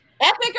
epic